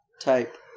type